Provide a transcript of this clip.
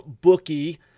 bookie